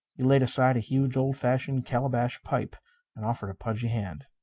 he laid aside a huge, old-fashioned calabash pipe and offered a pudgy hand.